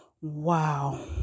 Wow